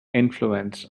influence